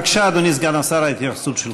בבקשה, אדוני סגן השר, ההתייחסות שלך.